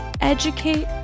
Educate